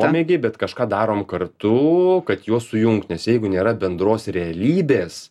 pomėgiai bet kažką darom kartu kad juos sujungt nes jeigu nėra bendros realybės